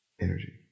energy